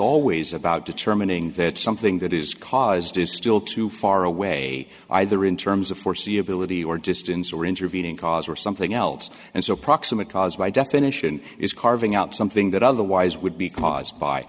always about determining that something that is caused is still too far away either in terms of foreseeability or distance or intervening cause or something else and so proximate cause by definition is carving out something that otherwise would be caused by